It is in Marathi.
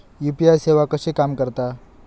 यू.पी.आय सेवा कशी काम करता?